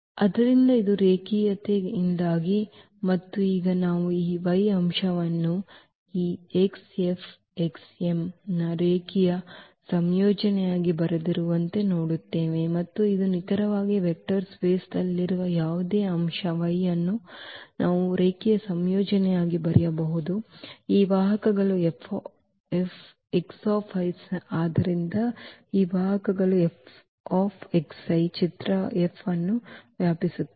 ಆದ್ದರಿಂದ ಇದು ರೇಖೀಯತೆಯಿಂದಾಗಿ ಮತ್ತು ಈಗ ನಾವು ಈ y ಅಂಶವನ್ನು ಈ x F x m ನ ರೇಖೀಯ ಸಂಯೋಜನೆಯಾಗಿ ಬರೆದಿರುವಂತೆ ನೋಡುತ್ತೇವೆ ಮತ್ತು ಇದು ನಿಖರವಾಗಿ ವೆಕ್ಟರ್ ಸ್ಪೇಸ್ನಲ್ಲಿರುವ ಯಾವುದೇ ಅಂಶ y ಯನ್ನು ನಾವು ರೇಖೀಯ ಸಂಯೋಜನೆಯಾಗಿ ಬರೆಯಬಹುದು ಈ ವಾಹಕಗಳು 's ನ ಆದ್ದರಿಂದ ಈ ವಾಹಕಗಳು ಚಿತ್ರ F ಅನ್ನು ವ್ಯಾಪಿಸುತ್ತದೆ